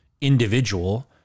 individual